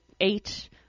eight